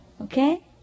okay